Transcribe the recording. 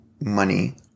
money